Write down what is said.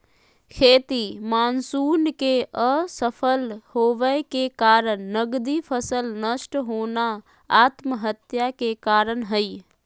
खेती मानसून के असफल होबय के कारण नगदी फसल नष्ट होना आत्महत्या के कारण हई